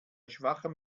schwachem